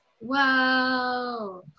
Wow